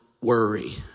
worry